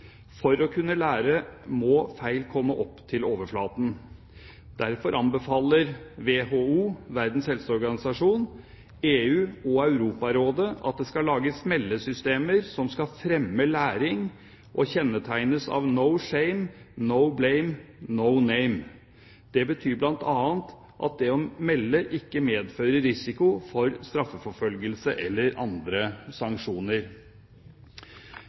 For å kunne lære må feil komme opp til overflaten. Derfor anbefaler WHO – Verdens helseorganisasjon – EU og Europarådet at det skal lages meldesystemer som skal fremme læring og kjennetegnes av «No shame, no blame, no name». Det betyr bl.a. at det å melde ikke medfører risiko for straffeforfølgelse eller andre sanksjoner.